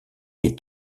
est